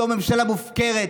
זו ממשלה מופקרת,